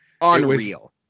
Unreal